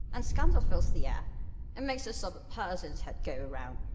and scandal fills the air it makes a sober person's head go round,